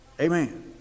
Amen